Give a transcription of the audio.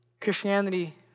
Christianity